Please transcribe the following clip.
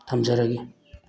ꯊꯝꯖꯔꯒꯦ